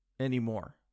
anymore